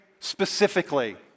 specifically